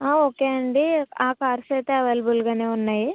ఆ ఓకే అండి ఆ కార్స్ అయితే అవైలబుల్ గానే ఉన్నాయి